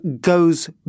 goes